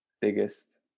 biggest